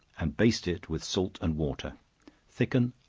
and baste it with salt and water thicken,